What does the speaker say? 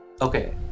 Okay